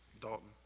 Dalton